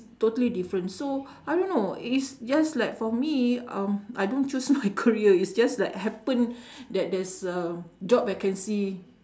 totally different so I don't know is just like for me um I don't choose my career is just like happen that there's a job vacancy